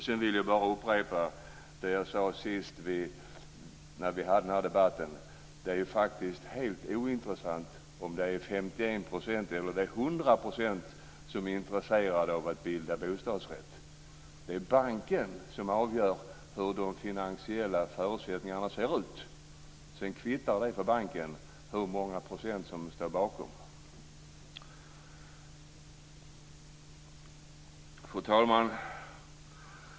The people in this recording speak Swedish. Sedan vill jag bara upprepa det som jag sade senast när vi förde den här debatten, nämligen att det är helt ointressant om det är 51 % eller 100 % som är intresserade av att bilda bostadsrätt. Det är banken som avgör hur de finansiella förutsättningarna ser ut. För banken kvittar det hur många procent som står bakom. Fru talman!